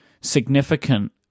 significant